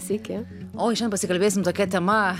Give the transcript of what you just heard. sykį o šiam pasikalbėsime tokia tema